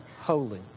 holy